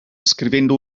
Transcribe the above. scrivendo